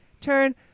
Turn